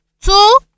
Two